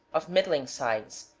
of middling size,